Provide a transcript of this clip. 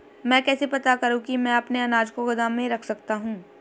मैं कैसे पता करूँ कि मैं अपने अनाज को गोदाम में रख सकता हूँ?